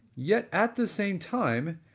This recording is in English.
yet at the same time,